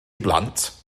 blant